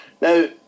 Now